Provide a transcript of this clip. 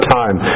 time